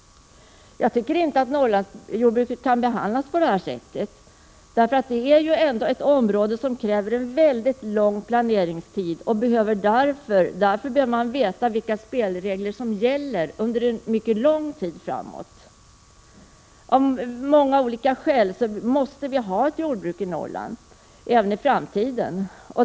Jag tycker inte att Norrlandsjordbruket skall behandlas på det sättet. Det är ett område som kräver en mycket lång planeringstid. Därför behöver man veta vilka spelregler som gäller under mycket lång tid framåt. Av många skäl måste vi ha ett jordbruk i Norrland även i framtiden.